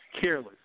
careless